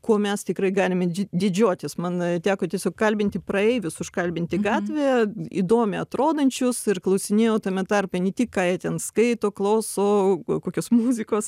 kuo mes tikrai galime didžiuotis man teko tiesiog kalbinti praeivius užkalbinti gatvėje įdomiai atrodančius ir klausinėjau tame tarpe ne tik ką jie ten skaito klauso kokios muzikos